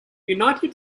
united